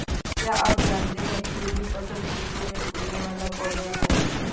क्या आप जानते है ट्यूलिप वसंत ऋतू में फूलने वाला पौधा है